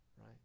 right